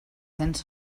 cents